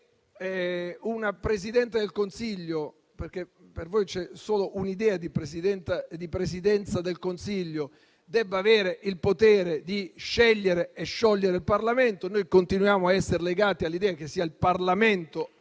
che un Presidente del Consiglio (perché per voi c'è solo un'idea di Presidenza del Consiglio) debba avere il potere di scegliere e sciogliere il Parlamento; noi continuiamo a essere legati all'idea che sia il Parlamento